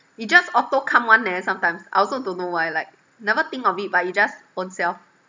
it just auto come one leh sometimes I also don't know why like never think of it but it just ownself